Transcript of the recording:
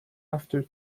after